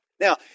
Now